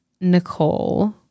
Nicole